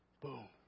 boom